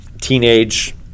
teenage